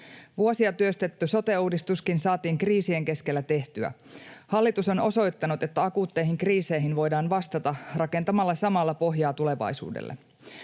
Vuosia työstetty sote-uudistuskin saatiin kriisien keskellä tehtyä. Hallitus on osoittanut, että akuutteihin kriiseihin voidaan vastata rakentamalla samalla pohjaa tulevaisuudelle.